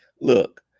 look